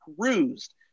cruised